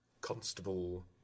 Constable